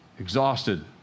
exhausted